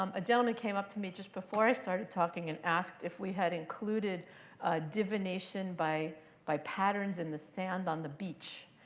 um a gentleman came up to me just before i started talking and asked if we had included divination by by patterns in the sand on the beach.